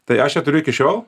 tai aš ją turiu iki šiol